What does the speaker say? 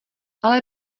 ale